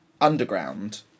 underground